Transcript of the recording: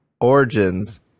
Origins